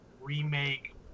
remake